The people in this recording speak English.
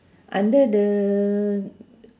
under the